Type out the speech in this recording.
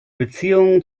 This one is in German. beziehungen